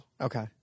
Okay